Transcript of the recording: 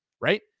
right